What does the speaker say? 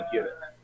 unit